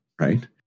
right